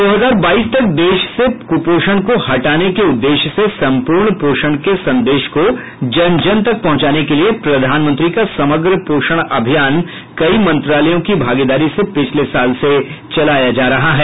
दो हजार बाईस तक देश से कुपोषण को हटाने के उद्देश्य से सम्पूर्ण पोषण के संदेश को जन जन तक पहुंचाने के लिए प्रधानमंत्री का समग्र पोषण अभियान कई मंत्रालयों की भागीदारी से पिछले साल से चलाया जा रहा है